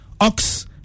Ox